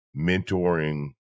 mentoring